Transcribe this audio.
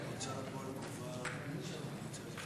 ההצעה להעביר את הנושא לוועדת הפנים והגנת הסביבה נתקבלה.